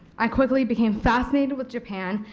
i quickly became fascinated with japan,